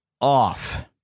off